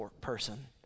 person